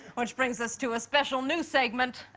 which brings us to a special new segment,